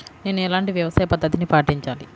నేను ఎలాంటి వ్యవసాయ పద్ధతిని పాటించాలి?